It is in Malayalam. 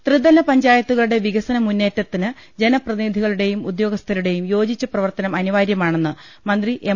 ത്രിതല പഞ്ചായത്തുകളുടെ വികസനമുന്നേ റ്റത്തിന് ജനപ്രതിനിധികളുടെയും ഉദ്യോഗ സ്ഥരുടെയും യോജിച്ച പ്രവർത്തനം അനിവാര്യ മാണൈന്ന് മന്ത്രി എം